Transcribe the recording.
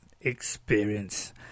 experience